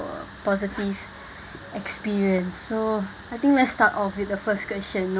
positive experience so I think let's start off with the first question